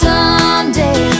Someday